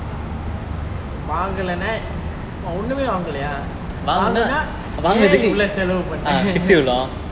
வாங்கலெனா ஒன்னுமே வாங்கெலெயா வாங்குனா ஏன் இவ்லோ செலவு பண்ண:vaangelena onnume vaangeleya vaanguna en ivlo selavu panne